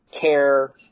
care